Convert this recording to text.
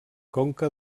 conca